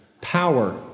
Power